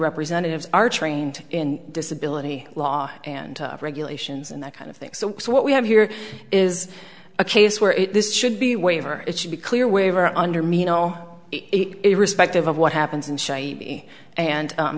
representatives are trained in disability law and regulations and that kind of thing so what we have here is a case where this should be waiver it should be clear waiver under mino it respective of what happens and shy and